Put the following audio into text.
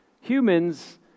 Humans